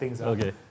Okay